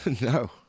No